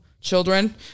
children